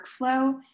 workflow